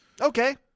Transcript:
Okay